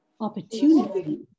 opportunity